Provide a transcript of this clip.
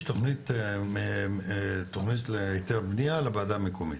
תוכנית להיתר בנייה לוועדה המקומית?